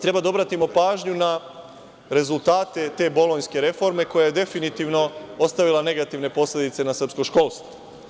Treba da obratimo pažnju na rezultate te bolonjske reforme koja je definitivno ostavila negativne posledice po srpsko školstvo.